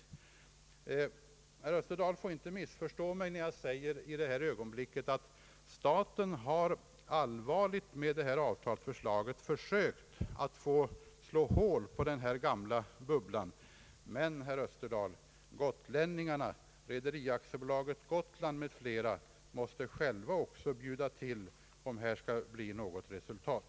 Herr Österdahl får inte missförstå mig, när jag säger att staten med det här avtalsförslaget har gjort ett allvarligt försök att slå hål på den gamla bubblan. Men gotlänningarna — Rederi AB Gotland m. fl — måste själva bjuda till, om här skall bli något resultat.